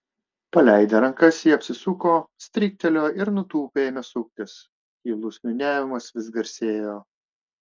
paleidę rankas jie apsisuko stryktelėjo ir nutūpę ėmė suktis tylus niūniavimas vis garsėjo